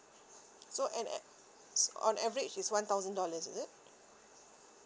so and a~ on average it's one thousand dollars is it